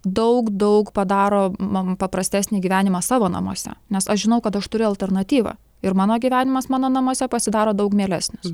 daug daug padaro man paprastesnį gyvenimą savo namuose nes aš žinau kad aš turiu alternatyvą ir mano gyvenimas mano namuose pasidaro daug mielesnis